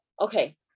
okay